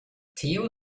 theo